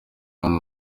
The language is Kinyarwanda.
kandi